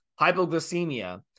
Hypoglycemia